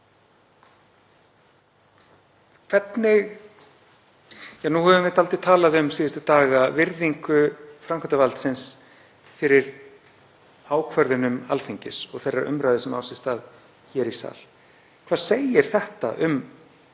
vera lokið. Nú höfum við dálítið talað um síðustu daga virðingu framkvæmdarvaldsins fyrir ákvörðunum Alþingis og þeirri umræðu sem á sér stað hér í sal. Hvað segir þetta um stöðu